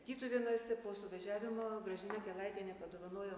tytuvėnuose po suvažiavimo gražina akelaitienė padovanojo